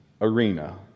arena